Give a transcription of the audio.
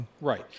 right